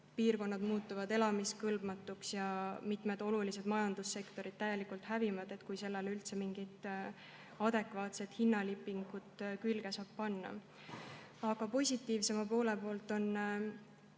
piirkonnad muutuvad elamiskõlbmatuks ja mitmed olulised majandussektorid hävivad täielikult –, kui sellele üldse mingit adekvaatset hinnalipikut külge saab panna. Aga positiivsema poole pealt on